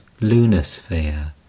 Lunosphere